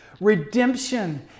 redemption